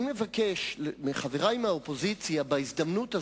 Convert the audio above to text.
באמת, אני מבקש מחברי מהאופוזיציה, בהזדמנות הזאת,